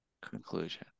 conclusion